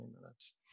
minutes